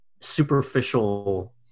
superficial